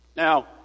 Now